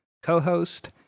co-host